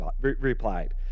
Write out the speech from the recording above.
replied